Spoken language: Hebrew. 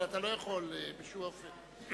אבל אתה לא יכול בשום אופן.